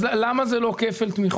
אם כן, למה זה לא כפל תמיכות?